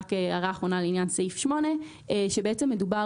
הערה אחרונה לעניין סעיף 8. מדובר